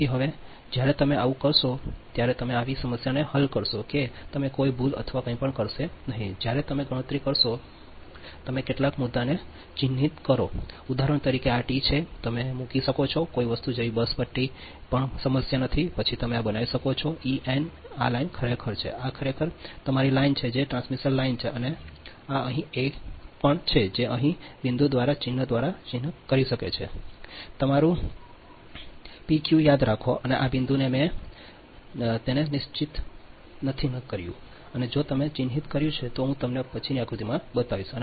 તેથી હવે જ્યારે તમે આવું કરશો હવે તમે આવી સમસ્યાને હલ કરશો કે તમે કોઈ ભૂલ અથવા કંઈપણ કરશે નહીં જ્યારે તમે ગણતરી કરશો તમે કેટલાક મુદ્દાને ચિહ્નિત કરો ઉદાહરણ તરીકે આ ડી છે તમે મૂકી શકો છો કોઈ વસ્તુ જેવી બસ પટ્ટી પણ કોઈ સમસ્યા નથી પછી તમે આ બનાવી શકો છો ઇ અને એફ આ લાઈન ખરેખર છે આ ખરેખર તમારી લાઇન છે જે ટ્રાન્સમિશન લાઇન છે અને આ અહીં એફ પણ છે જે અહીં બિંદુ દ્વારા ચિહ્ન દ્વારા ચિહ્નિત કરી શકે છે I તમારી પીક્યુ રાખો અને આ બિંદુને મેં તેને ચિહ્નિત નથી કર્યું અને જો મેં ચિહ્નિત કર્યું છે તો હું તમને પછીથી આકૃતિમાં બતાવીશ